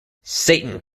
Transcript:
satan